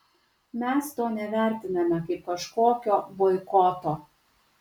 mes to nevertiname kaip kažkokio boikoto